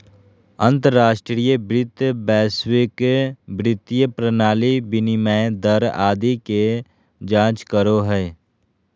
अंतर्राष्ट्रीय वित्त वैश्विक वित्तीय प्रणाली, विनिमय दर आदि के जांच करो हय